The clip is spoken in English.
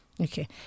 Okay